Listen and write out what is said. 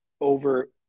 over